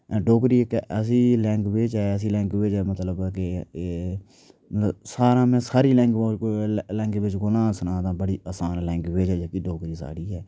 डोगरी इक ऐसी लैंग्वेज ऐ ऐसी लैंग्वेज ऐ मतलव के एह् मतलब सारा में सारी लैंग्वेज कोला सनां तां बड़ी आसान लैंग्वेज ऐ जेह्की डोगरी साढ़ी ऐ